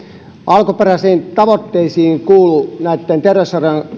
alkuperäisiin tavoitteisiin kuuluu terveyserojen